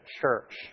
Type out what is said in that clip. Church